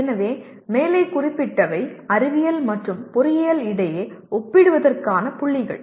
எனவே மேலே குறிப்பிட்டவை அறிவியல் மற்றும் பொறியியல் இடையே ஒப்பிடுவதற்கான புள்ளிகள்